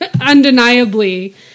undeniably